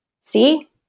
see